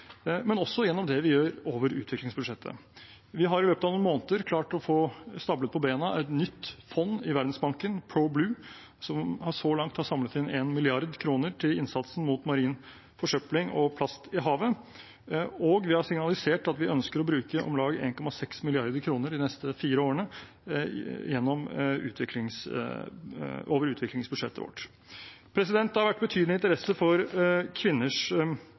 men også gjennom det vi gjør over utviklingsbudsjettet. Vi har i løpet av noen måneder klart å få stablet på bena et nytt fond i Verdensbanken, Problue, som så langt har samlet inn 1 mrd. kr til innsatsen mot marin forsøpling og plast i havet, og vi har signalisert at vi ønsker å bruke om lag 1,6 mrd. kr de neste fire årene over utviklingsbudsjettet vårt. Det har vært betydelig interesse for kvinners